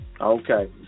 Okay